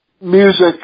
music